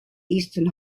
eastern